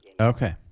Okay